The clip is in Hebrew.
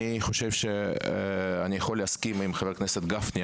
אני חושב שאני יכול להסכים עם חבר הכנסת גפני,